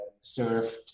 served